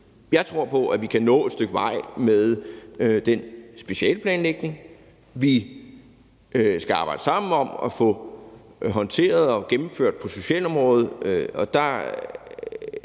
Jeg tror på, at vi kan nå et stykke vej med den specialeplanlægning, vi skal arbejde sammen om at få håndteret og gennemført på socialområdet. Der